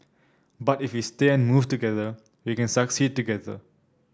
but if we stay and move together we can succeed together